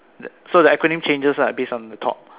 so the acronym changes lah based on the top